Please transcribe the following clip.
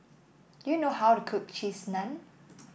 do you know how to cook Cheese Naan